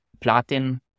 Platin